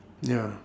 ya